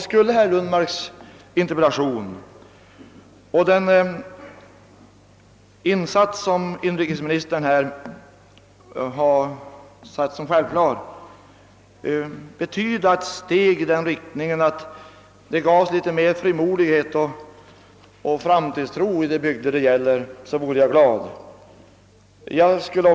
Skulle den insats som inrikesministern förklarade vara självklar kunna medföra att frimodigheten steg och tron på framtiden växte i de bygder det gäller skulle jag dock bli glad.